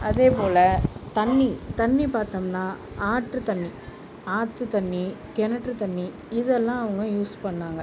அதேபோல தண்ணி தண்ணி பார்த்தோம்னா ஆற்றுத் தண்ணி ஆத்து தண்ணி கிணற்று தண்ணீ இதெல்லாம் அவங்க யூஸ் பண்ணிணாங்க